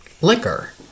liquor